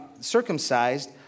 circumcised